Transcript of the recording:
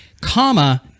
comma